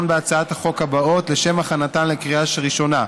בהצעות החוק האלה לשם הכנתן לקריאה ראשונה: